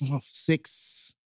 six